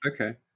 Okay